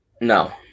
No